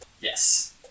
Yes